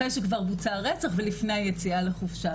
אחרי שכבר בוצע הרצח, ולפני היציאה לחופשה.